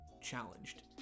challenged